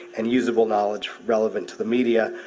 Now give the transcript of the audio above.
and usable knowledge relevant to the media,